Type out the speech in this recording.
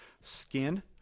skin